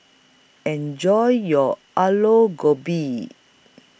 Enjoy your Aloo Gobi